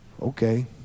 Okay